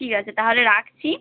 ঠিক আছে তাহলে রাখছি